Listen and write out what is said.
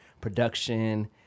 production